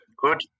Good